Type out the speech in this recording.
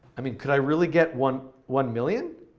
i mean, could i really get one one million?